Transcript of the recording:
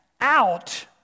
out